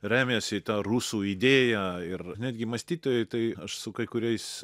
remiasi į tą rusų idėją ir netgi mąstytojai tai aš su kai kuriais